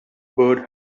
bird